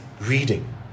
reading